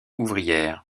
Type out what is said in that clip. ouvrières